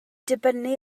dibynnu